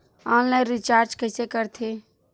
Online recharge कइसे करथे?